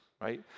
right